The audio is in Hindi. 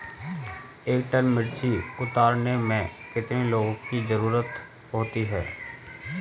एक टन मिर्ची उतारने में कितने लोगों की ज़रुरत होती है?